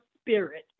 spirit